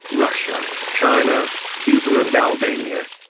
russia, china, cuba and albania.